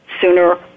sooner